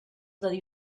that